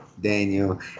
Daniel